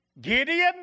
Gideon